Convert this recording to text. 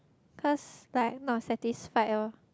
cause like not satisfied loh